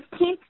15th